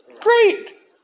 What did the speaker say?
Great